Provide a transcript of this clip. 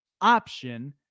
option